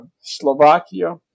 Slovakia